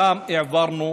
ושם העברנו